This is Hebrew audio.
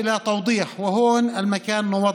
המצריכים הבהרה ופה המקום להבהיר: